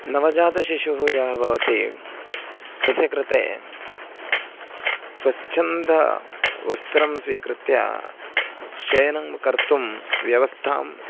नवजातशिशुः यः भवति तस्य कृते स्स्स् स्वच्छन्दवस्त्रं स्वीकृत्य शयनं कर्तुं व्यवस्थाम्